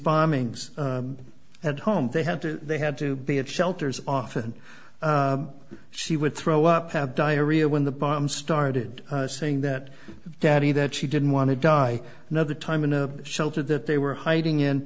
bombings at home they had to they had to be at shelters often she would throw up have diarrhea when the bomb started saying that daddy that she didn't want to die another time in a shelter that they were hiding in